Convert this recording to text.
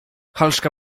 halszka